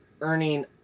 earning